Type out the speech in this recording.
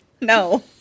No